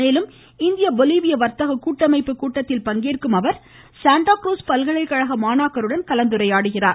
மேலும் இந்திய பொலிவிய வர்த்தக கூட்டமைப்பு கூட்டத்தில் பங்கேற்கும் அவர் சாண்டா குரூஸ் பல்கலைக்கழக மாணாக்கருடன் கலந்துரையாடுகிறார்